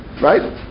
Right